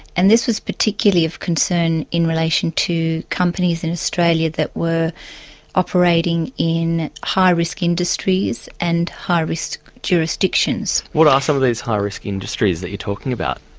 and this was particularly of concern in relation to companies in australia that were operating in high-risk industries and high-risk jurisdictions. what are some of these high-risk industries that you're talking about?